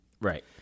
Right